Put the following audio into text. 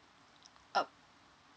oh